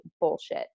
bullshit